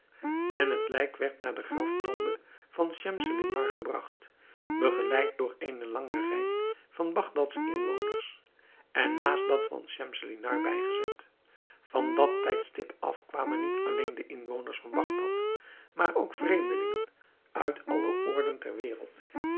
en het lijk werd naar de graftombe van schemselnihar gebragt begeleid door eene lange rij van bagdads inwoners en naast dat van schemselnihar bijgezet van dat tijdstip af kwamen niet alleen de inwoners van bagdad maar ook vreemdelingen uit alle oorden der wereld